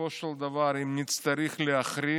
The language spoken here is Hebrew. בסופו של דבר אם נצטרך להכריע,